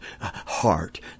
heart